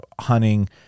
hunting